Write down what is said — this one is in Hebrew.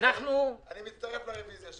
אני מצטרף לרוויזיה של אופיר.